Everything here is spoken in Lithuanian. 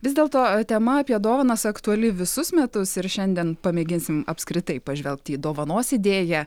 vis dėlto tema apie dovanas aktuali visus metus ir šiandien pamėginsim apskritai pažvelgt į dovanos idėją